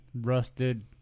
rusted